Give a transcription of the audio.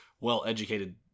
well-educated